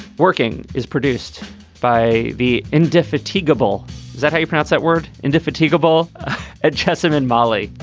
working is produced by the indefatigable is that how you pronounce that word indefatigable at chesimard valley.